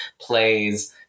plays